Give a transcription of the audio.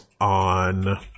on